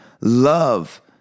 love